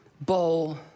bowl